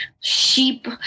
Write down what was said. Sheep